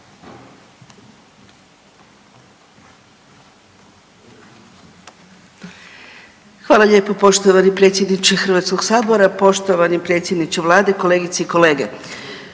Hvala lijepo poštovani predsjedniče HS-a, poštovani predsjedniče Vlade, kolegice i kolege.